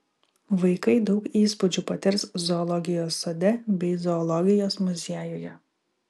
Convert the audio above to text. vaikai daug įspūdžių patirs zoologijos sode bei zoologijos muziejuje